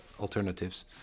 alternatives